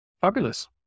Fabulous